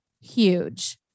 Huge